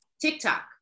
TikTok